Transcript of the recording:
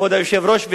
כבוד היושב-ראש,